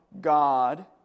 God